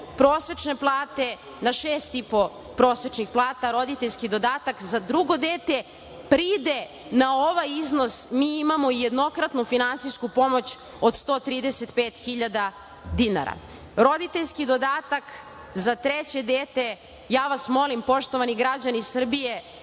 prosečne plate na 6,5 prosečnih plata roditeljski dodatak za drugo dete, pride na ovaj iznos mi imao i jednokratnu finansijsku pomoć od 135.000 dinara. Roditeljski dodatak za treće dete, ja vas molim, poštovani građani Srbije,